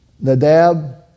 Nadab